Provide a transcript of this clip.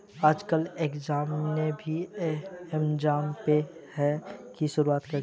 आजकल ऐमज़ान ने भी ऐमज़ान पे की शुरूआत कर दी है